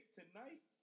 tonight